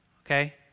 Okay